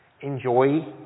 enjoy